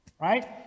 right